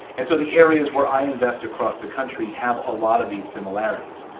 and so the areas where i invest across the country have a lot of these similarities.